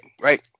Right